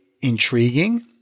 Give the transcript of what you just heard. intriguing